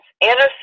innocent